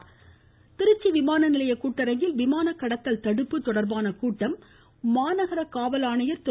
திருச்சி திருச்சி விமான நிலைய கூட்டரங்கில் விமான கடத்தல் தடுப்பு தொடர்பான கூட்டம் மாநகர காவல் ஆணையர் திரு